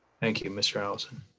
thank you, mr. alison.